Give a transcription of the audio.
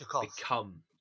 become